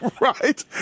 Right